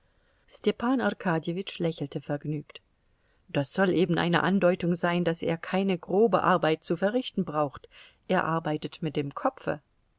arkadjewitsch lächelte vergnügt das soll eben eine andeutung sein daß er keine grobe arbeit zu verrichten braucht er arbeitet mit dem kopfe